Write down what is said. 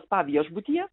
spa viešbutyje